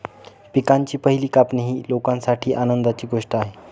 पिकांची पहिली कापणी ही लोकांसाठी आनंदाची गोष्ट आहे